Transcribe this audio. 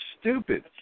stupid